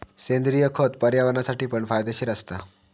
सेंद्रिय खत पर्यावरणासाठी पण फायदेशीर असता